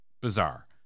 bizarre